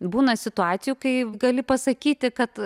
būna situacijų kai gali pasakyti kad